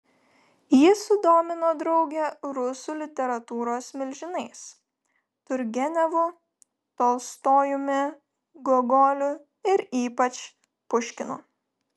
ji sudomino draugę rusų literatūros milžinais turgenevu tolstojumi gogoliu ir ypač puškinu